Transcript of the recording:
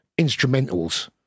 instrumentals